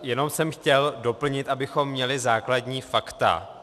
Jenom jsem chtěl doplnit, abychom měli základní fakta.